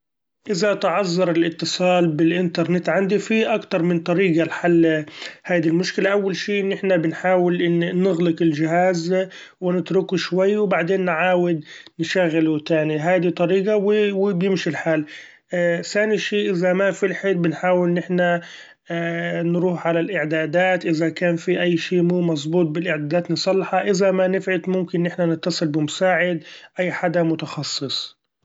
إذا تعذر الاتصال بالإنترنت عندي في اكتر من طريقة لحل هيدي المشكلة; أول شي إن احنا بنحأول إن نغلق الچهاز ونتركه شوي ، وبعدين نعاود نشغله تاني هادي طريقة و- وبيمشي الحال، ثاني شي إذا ما فلحت بنحاول إن احنا ‹ hesitate › نروح على الاعدادات إذا كان في أي شي مش مظبوط بالاعدادات نصلحه، إذا ما نفعت ممكن إحنا نتصل بمساعد أي حدا متخصص.